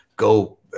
Go